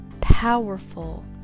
powerful